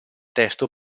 testo